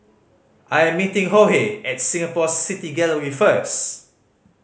I am meeting at Singapore City Gallery first